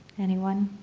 anyone?